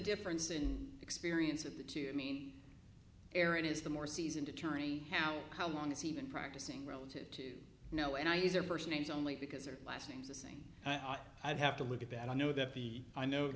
difference in experience of the two i mean aaron is the more seasoned attorney now how long has he been practicing relative to know and i use their first names only because their last names the same i'd have to look at that i know that the i know